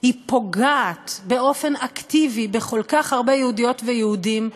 היא פוגעת באופן אקטיבי בכל כך הרבה יהודיות ויהודים,